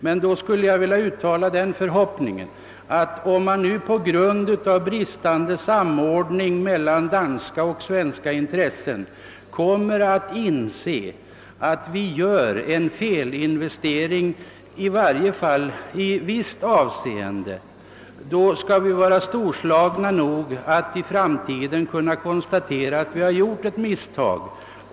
Men då skulle jag vilja uttala den förhoppningen, att om man på grund av bristande samordning mellan danska och svenska intressen kommer i det läget att vi gör en felinvestering, i varje fall i visst avseende, så skall vi vara storsinta nog att i framtiden konstatera att vi gjort ett misstag.